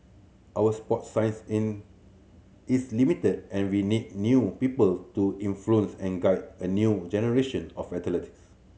our sports science in is limited and we need new people to influence and guide a new generation of athletes